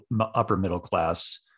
upper-middle-class